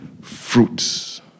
fruits